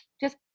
just-